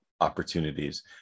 Opportunities